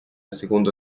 seconda